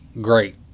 great